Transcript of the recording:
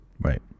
Right